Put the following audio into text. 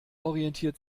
orientiert